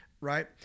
right